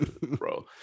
bro